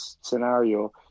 scenario